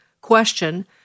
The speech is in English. question